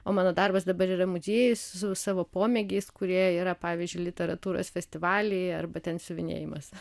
o mano darbas dabar yra muziejus su savo pomėgiais kurie yra pavyzdžiui literatūros festivalyje arba ten siuvinėjimas